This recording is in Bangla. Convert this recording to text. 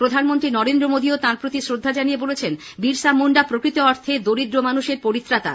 প্রধানমন্ত্রী নরেন্দ্র মোদীও তাঁর প্রতি শ্রদ্ধা জানিয়ে বলেছেন বিরসা মুন্ডা প্রকৃত অর্থে দরিদ্র মানুষের পরিত্রাতা